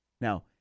Now